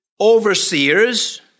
overseers